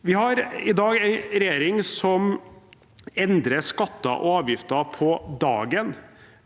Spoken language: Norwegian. Vi har i dag en regjering som endrer skatter og avgifter på dagen.